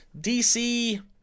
DC